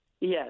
Yes